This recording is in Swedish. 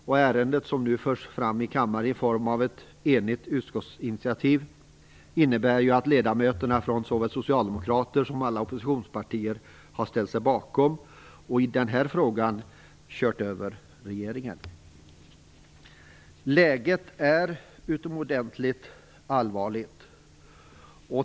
Det ärende som nu förs fram i kammaren i form av ett enigt utskottsinitiativ innebär att ledamöterna från såväl Socialdemokraterna som alla oppositionspartier har ställt sig bakom och i den här frågan kört över regeringen. Läget är utomordentligt allvarligt.